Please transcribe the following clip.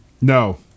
No